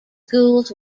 schools